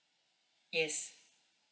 yes